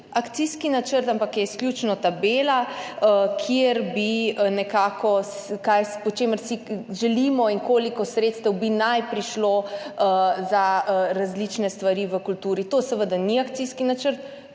akcijski načrt, ampak je izključno tabela, kjer je [navedeno], kaj si želimo in koliko sredstev naj bi prišlo za različne stvari v kulturi. To seveda ni akcijski načrt,